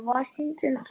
Washington